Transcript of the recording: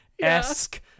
esque